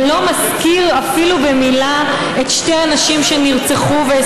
ולא מזכיר אפילו במילה את שתי הנשים שנרצחו ואת